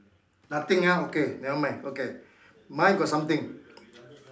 nothing ah okay never mind okay mine got something